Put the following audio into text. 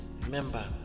remember